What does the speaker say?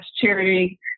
charity